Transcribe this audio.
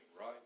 right